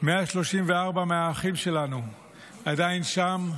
134 מהאחים שלנו עדיין שם,